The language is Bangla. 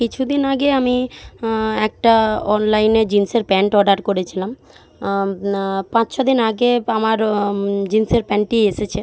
কিছু দিন আগে আমি একটা অনলাইনে জিন্সের প্যান্ট অর্ডার করেছিলাম পাঁচ ছদিন আগে আমার জিন্সের প্যান্টটি এসেছে